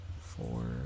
four